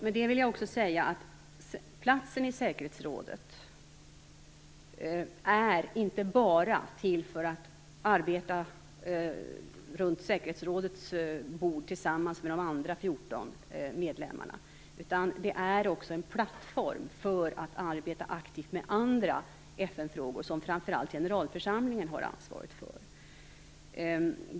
Med det vill jag också säga att platsen i säkerhetsrådet inte bara är till för arbete runt säkerhetsrådets bord tillsammans med de andra 14 medlemmarna. Den är också en plattform för att arbeta aktivt med andra FN-frågor, som framför allt generalförsamlingen har ansvar för.